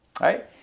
right